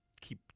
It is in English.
keep